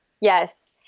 yes